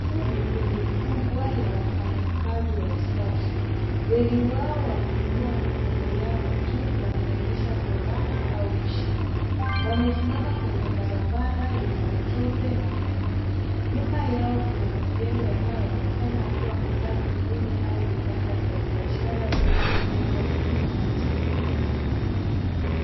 Huu ni kundi kubwa la wafanyikazi wa usafi. Wengi wao wameinua mikono yao juu wakionyesha furaha au ushindi. Wamesimama kwenye barabara yenye matope na maji. Nyuma yao kuna majengo yanayoonekana kuwa makazi duni au vibanda vya biashara vilivyojengwa kwa mabati.